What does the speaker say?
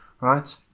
right